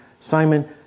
Simon